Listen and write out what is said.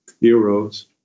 Heroes